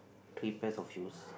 three pairs of shoes